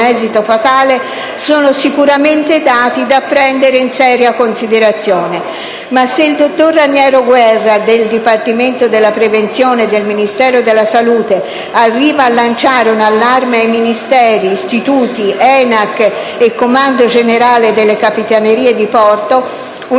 esito fatale: sono sicuramente dati da prendere in seria considerazione. Ma se il dottor Raniero Guerra, del Dipartimento della prevenzione del Ministero della salute, arriva a lanciare un allarme a Ministeri, istituti, ENAC e Comando generale delle capitanerie di porto, un